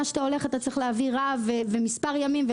שאתה הולך אתה צריך להביא רב למספר ימים.